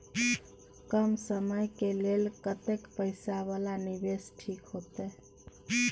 कम समय के लेल कतेक पैसा वाला निवेश ठीक होते?